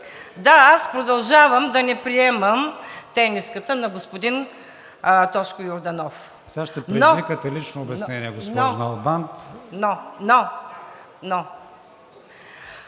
Да, аз продължавам да не приемам тениската на господин Тошко Йорданов… ПРЕДСЕДАТЕЛ